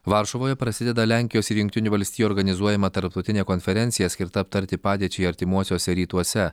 varšuvoje prasideda lenkijos ir jungtinių valstijų organizuojama tarptautinė konferencija skirta aptarti padėčiai artimuosiuose rytuose